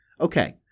Okay